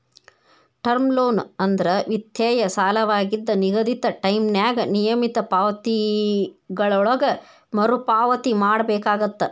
term loan ಅಂದ್ರ ವಿತ್ತೇಯ ಸಾಲವಾಗಿದ್ದ ನಿಗದಿತ ಟೈಂನ್ಯಾಗ ನಿಯಮಿತ ಪಾವತಿಗಳೊಳಗ ಮರುಪಾವತಿ ಮಾಡಬೇಕಾಗತ್ತ